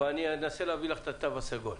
אבל אני אנסה להביא לך את התו הסגול.